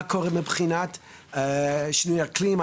מה קורה מבחינת שינויי האקלים,